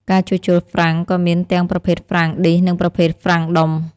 ការជួសជុលហ្វ្រាំងក៏មានទាំងប្រភេទហ្វ្រាំងឌីសនិងប្រភេទហ្វ្រាំងដុំ។